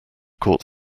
court